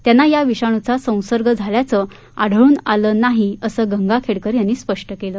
त्यांना या विषाणूचा संसर्ग झाल्याचे आढळून आले नसल्याचे गंगाखेडकर यांनी स्पष्ट केले